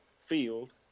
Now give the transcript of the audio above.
field